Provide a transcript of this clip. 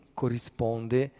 corrisponde